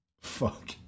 Fuck